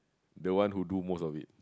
the one who do most of it